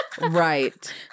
right